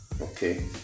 okay